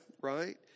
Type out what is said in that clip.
right